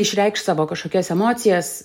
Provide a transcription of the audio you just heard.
išreikšt savo kažkokias emocijas